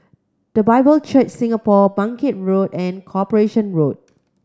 The Bible Church Singapore Bangkit Road and Corporation Road